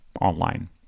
online